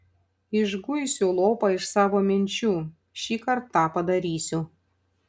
išguisiu lopą iš savo minčių šįkart tą padarysiu